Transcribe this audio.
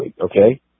okay